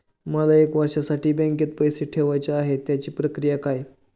मला एक वर्षासाठी बँकेत पैसे ठेवायचे आहेत त्याची प्रक्रिया काय?